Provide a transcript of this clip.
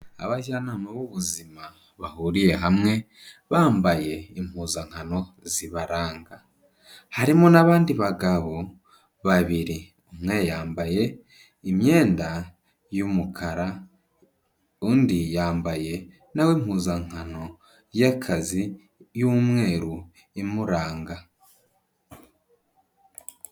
Abajyanama b'ubuzima bahuriye hamwe bambaye impuzankano zibaranga, harimo n'abandi bagabo babiri, umwe yambaye imyenda y'umukara, undi yambaye na we impuzankano y'akazi y'umweru imuranga.